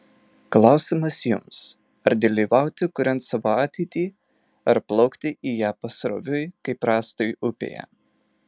klausimas jums ar dalyvauti kuriant savo ateitį ar plaukti į ją pasroviui kaip rąstui upėje